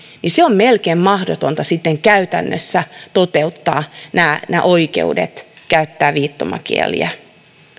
niin on todella vaikeata melkein mahdotonta käytännössä toteuttaa nämä oikeudet käyttää viittomakieliä